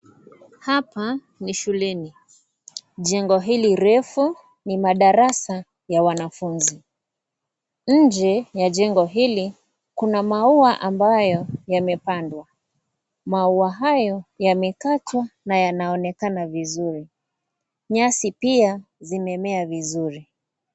Hapa ni shuleni, jengo hili refu ni madarasa ya wanafunzi, nje ya jengo hili kuna maua ambayo yamepandwa, maua hayo yamekatwa na yanaonekana vizuri, nyasi pia zimemea vizuri.